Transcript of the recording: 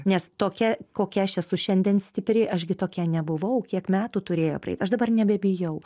nes tokia kokia aš esu šiandien stipri aš gi tokia nebuvau kiek metų turėjo praeit aš dabar nebebijau